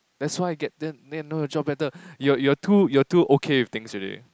that's why get then then know your job better you are you are too you are too okay with things already